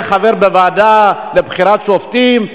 יהיה חבר בוועדה לבחירת שופטים.